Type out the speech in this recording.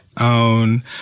OWN